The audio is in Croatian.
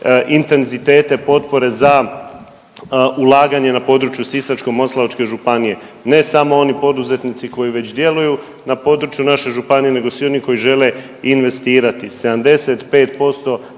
intenzitete potpore za ulaganje na području Sisačko-moslavačke županije ne samo oni poduzetnici koji već djeluju na području naše županije, nego svi oni koji žele investirati.